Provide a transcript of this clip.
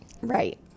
Right